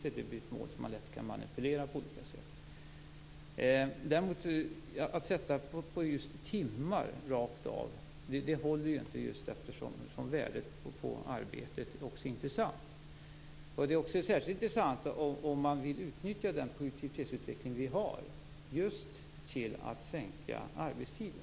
Det är ett mål som man lätt kan manipulera på olika sätt. Att räkna just timmar rakt av håller inte, eftersom värdet på arbetet också är intressant. Det är särskilt intressant om man vill utnyttja den produktivitetsutveckling vi har just till att sänka arbetstiden.